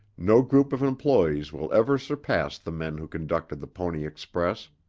no group of employees will ever surpass the men who conducted the pony express.